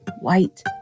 white